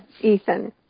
Ethan